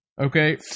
Okay